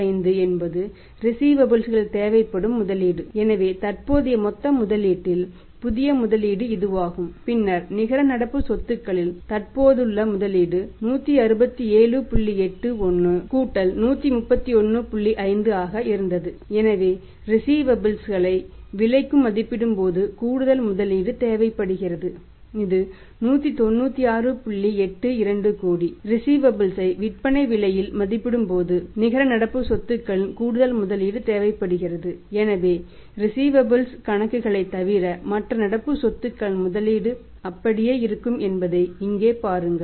45 என்பது ரிஸீவபல்ஸ் கணக்குகளைத் தவிர மற்ற நடப்பு சொத்துகளின் முதலீடு அப்படியே இருக்கும் என்பதை இங்கே பாருங்கள்